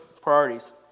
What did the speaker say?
priorities